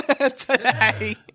Today